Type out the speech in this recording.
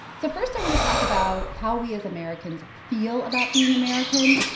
so first, i want to talk about how we as americans feel about being american.